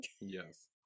Yes